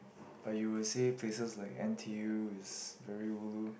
but you will say places like N_T_U is very ulu